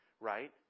right